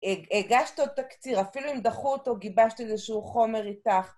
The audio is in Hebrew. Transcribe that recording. הגשת עוד הקציר, אפילו אם דחו אותו, גיבשת איזשהו חומר איתך.